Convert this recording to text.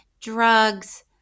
drugs